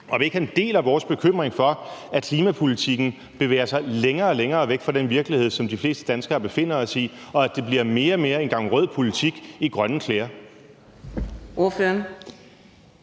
ikke han deler vores bekymring for, at klimapolitikken bevæger sig længere og længere væk fra den virkelighed, som de fleste danskere befinder sig i, og at det bliver mere og mere en gang rød politik i grønne klæder.